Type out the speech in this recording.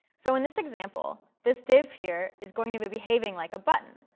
so in this example, this div here is going to be behaving like a button.